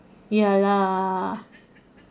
ya lah